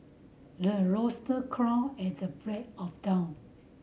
the rooster crow at the break of dawn